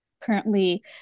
Currently